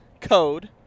code